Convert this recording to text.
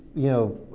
you know